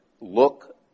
look